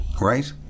right